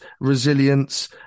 resilience